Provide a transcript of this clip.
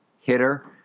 hitter